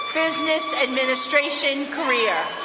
business administration career.